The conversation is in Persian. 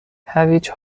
هویج